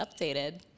updated